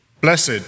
Blessed